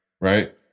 Right